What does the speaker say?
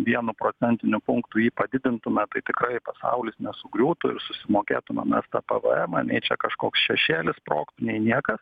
vienu procentiniu punktu jį padidintume tai tikrai pasaulis nesugriūtų ir susimokėtume mes tą pvemą nei čia kažkoks šešėlis sprogtų nei niekas